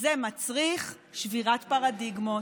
זה מצריך שבירת פרדיגמות,